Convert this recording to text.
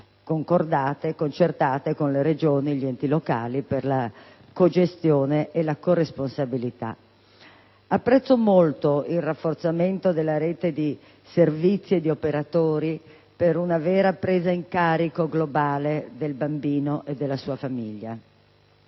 giustamente concertate con le Regioni e gli enti locali per la cogestione e la corresponsabilità. Apprezzo molto il rafforzamento della rete di servizi e di operatori per un vera presa in carico globale del bambino e della sua famiglia.